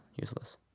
useless